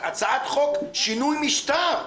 הצעת חוק שינוי משטר,